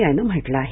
I नं म्हटलं आहे